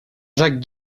jacques